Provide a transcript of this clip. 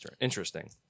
interesting